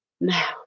now